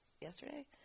yesterday